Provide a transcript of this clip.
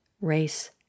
race